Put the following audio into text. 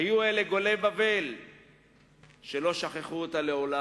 היו אלה גולי בבל שלא שכחו אותה מעולם,